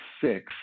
six